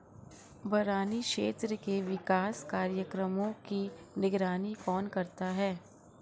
बरानी क्षेत्र के विकास कार्यक्रमों की निगरानी कौन करता है?